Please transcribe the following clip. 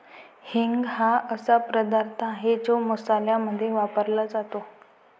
हिंग हा असा पदार्थ आहे जो मसाल्यांमध्ये वापरला जातो